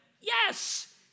Yes